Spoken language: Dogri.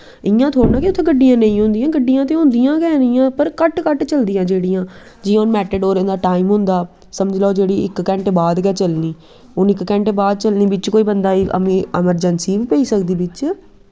इयां थोहड़ा के उत्थें गड्डियां नेंई होदियां गड्डियां ते होंदियां गै न इयां पर घट्ट घट्ट चलदियां जेह्ड़ियां जियां मैटाडोरें दा टाईम होंदा समझी लैओ जेह्की इक घैंटे बाद गै चलनी हून इक घैंटे बाद चलनी बिच्च कोई बंदा अमरजैंसी बी पेई सकदी बिच